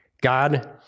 God